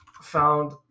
found